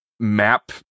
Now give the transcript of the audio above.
map